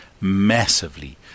massively